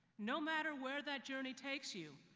no matter where that journey takes you,